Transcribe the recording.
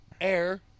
air